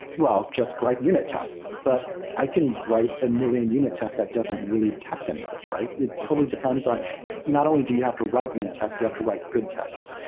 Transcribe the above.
well, just write unit tests, but i can write a million unit tests that doesn't really test anything, right? it totally depends on not only do you have to write unit tests, you have to write good tests.